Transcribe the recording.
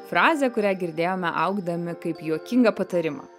frazę kurią girdėjome augdami kaip juokingą patarimą